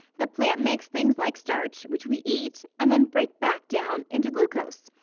the plant makes things like starch, which we eat and then break back down into glucose,